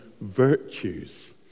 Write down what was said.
virtues